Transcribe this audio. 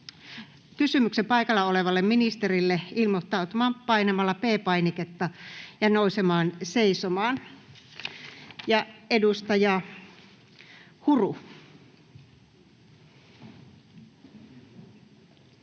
kysymyksen paikalla olevalle ministerille, ilmoittautumaan painamalla P-painiketta ja nousemalla seisomaan. [Speech 2]